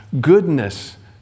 Goodness